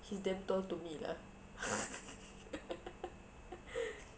he's damn tall to me lah